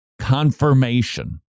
confirmation